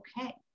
okay